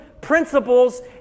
principles